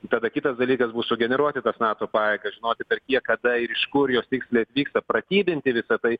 tada kitas dalykas bus sugeneruoti tas nato pajėgas žinokite kiek kada ir iš kur jos tiksliai atvyksta pratybinti visa tai